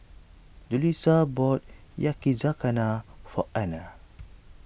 Julissa bought Yakizakana for Ana